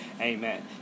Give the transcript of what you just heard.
Amen